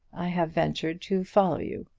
i have ventured to follow you.